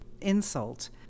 insult